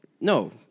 No